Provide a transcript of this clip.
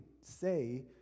say